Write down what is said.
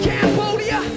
Cambodia